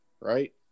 Right